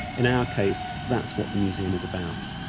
in our case, that's what the museum is about.